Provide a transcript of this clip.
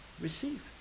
receive